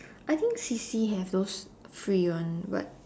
I think C_C have those free ones but